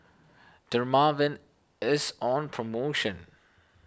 Dermaveen is on promotion